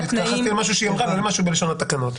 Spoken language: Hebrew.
התייחסתי למשהו שהיא אמרה ולא משהו בלשון התקנות.